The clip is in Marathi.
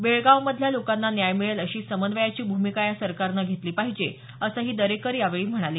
बेळगाव मधल्या लोकांना न्याय मिळेल अशी समन्वयाची भूमिका या सरकारनं घेतली पाहिजे असंही दरेकर यावेळी म्हणाले